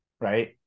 right